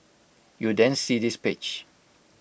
you then see this page